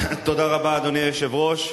תודה רבה, אדוני היושב-ראש.